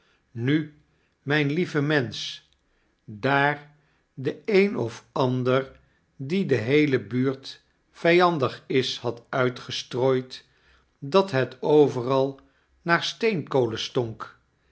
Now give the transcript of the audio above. nu myn lieve mensch daar de een of ander die de heelebuurtvyandig is had uitgestrooid dat het overal naar steenkolen stonk